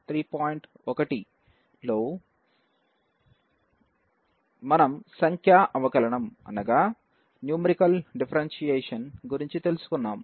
1లో మనం సంఖ్యా అవకలనం గురుంచి తెలుసుకున్నాం